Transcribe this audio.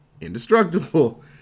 indestructible